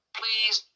please